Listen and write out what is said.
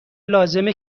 لازمه